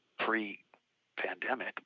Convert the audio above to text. pre-pandemic